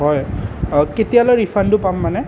হয় কেতিয়ালৈ ৰিফাণ্ডটো পাম মানে